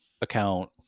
account